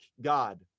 God